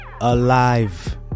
alive